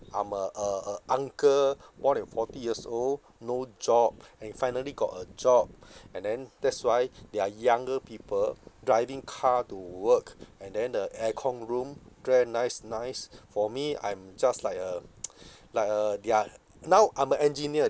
I'm a a a uncle more than forty years old no job and finally got a job and then that's why they are younger people driving car to work and then the aircon room dress nice nice for me I'm just like a like a their now I'm a engineer